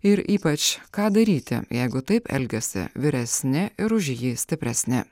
ir ypač ką daryti jeigu taip elgiasi vyresni ir už jį stipresni